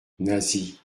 nasie